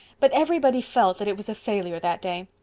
but everybody felt that it was a failure that day.